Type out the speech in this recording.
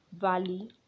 valley